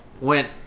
went